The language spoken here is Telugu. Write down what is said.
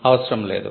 అవసరం లేదు